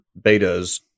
betas